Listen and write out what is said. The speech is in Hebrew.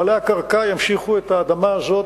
בעלי הקרקע ימשיכו לעבד את האדמה הזאת,